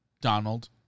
Donald